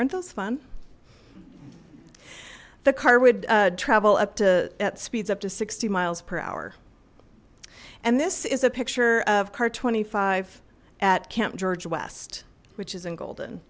those fun the car would travel up to at speeds up to sixty miles per hour and this is a picture of car twenty five at camp george west which is in golden